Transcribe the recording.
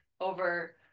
over